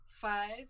five